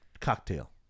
cocktail